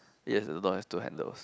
yes the door has two handles